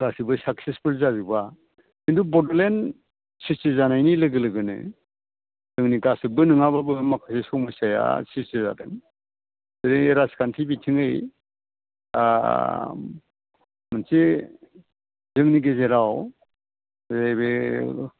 गासिबो साक्सेसफुल जाजोबा खिन्थु बड'लेण्ड स्रिसथि जानायनि लोगो लोगोनो जोंनि गासिबो नङाब्लाबो माखासे समयसाया स्रिसथि जादों जेरै राजखान्थि बिथिङै मोनसे जोंनि गेजेराव जेरै बे